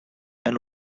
and